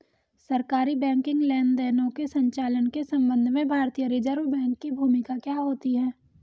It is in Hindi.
सरकारी बैंकिंग लेनदेनों के संचालन के संबंध में भारतीय रिज़र्व बैंक की भूमिका क्या होती है?